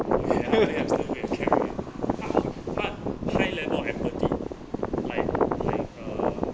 !hey! ah are there hamsters made of caring eh 她 ha~ heart high level of empathy like like uh